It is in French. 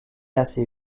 assez